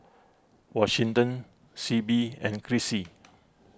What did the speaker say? Washington Sibbie and Chrissie